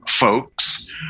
Folks